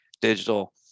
Digital